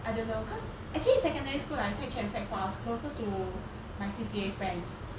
I didn't know cause actually secondary school like sec three and sec four I was closer to my C_C_A friends